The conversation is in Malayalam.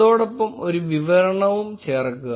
അതോടൊപ്പം ഒരു വിവരണവും ചേർക്കുക